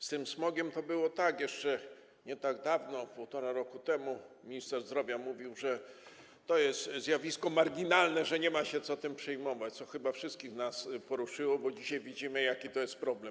Z tym smogiem to było tak: jeszcze nie tak dawno, 1,5 roku temu, minister zdrowia mówił, że to jest zjawisko marginalne i że nie ma co się tym przejmować, co chyba wszystkich nas poruszyło, bo dzisiaj widzimy, jaki to jest problem.